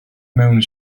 mewn